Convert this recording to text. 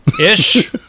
ish